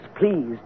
please